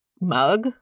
mug